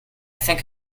think